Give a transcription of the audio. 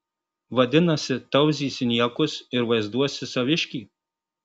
vadinasi tauzysi niekus ir vaizduosi saviškį